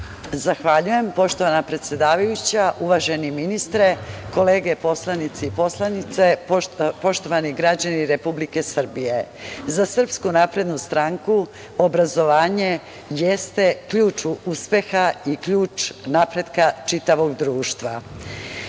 Vukojičić** Poštovana predsedavajuća, uvaženi ministre, kolege poslanici i poslanice, poštovani građani Republike Srbije, za SNS, obrazovanje jeste ključ uspeha i ključ napretka čitavog društva. To